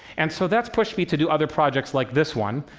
and so that's pushed me to do other projects like this one.